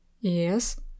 Yes